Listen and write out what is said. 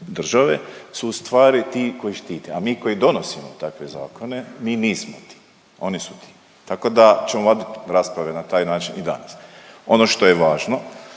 države su u stvari ti koji štite, a mi koji donosimo takve zakone mi nismo ti, oni su ti tako da ćemo vodit rasprave na taj način i danas. Ono što je važno